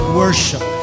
worship